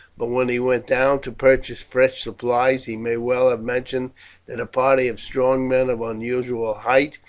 but when he went down to purchase fresh supplies he may well have mentioned that a party of strong men of unusual height,